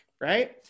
right